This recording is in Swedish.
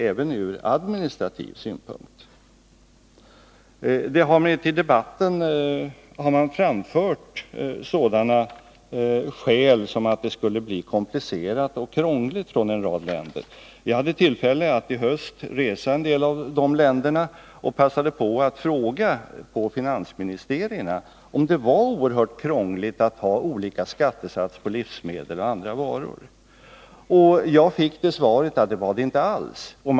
I debatten här har det emellertid sagts att man från en rad länder har framfört att det skulle bli komplicerat och krångligt. Jag har i höst haft tillfälle att resa i en del av dessa länder, och jag passade då på att fråga på finansministerierna om det var oerhört krångligt att ha olika skattesatser på livsmedel och andra varor. Jag fick svaret att det inte alls var krångligt.